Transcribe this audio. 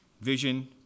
vision